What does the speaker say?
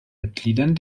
mitgliedern